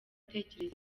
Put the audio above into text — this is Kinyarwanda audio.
utekereza